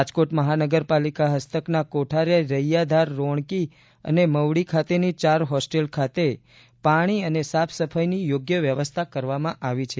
રાજકોટ મહાનગરપાલિકા હસ્તકના કોઠારીયા રૈયાધાર રોણકી અને મવડી ખાતેની ચાર હોસ્ટેલ ખાતે પાણી અને સાફ સફાઈની યોગ્ય વ્યવસ્થા કરવામાં આવી છે